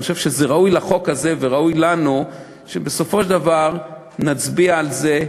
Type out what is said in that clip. אני חושב שזה ראוי לחוק הזה וראוי לנו שבסופו של דבר נצביע על זה,